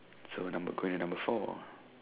so number question number four